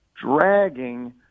dragging